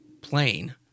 plane